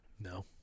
No